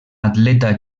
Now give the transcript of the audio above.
atleta